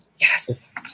yes